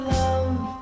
love